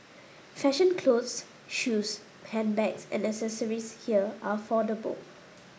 fashion clothes shoes handbags and accessories here are affordable